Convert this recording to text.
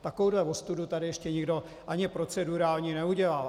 Takovouhle ostudu tady ještě nikdo ani procedurální neudělal.